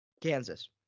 Kansas